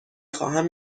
خواهم